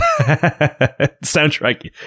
soundtrack